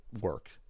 work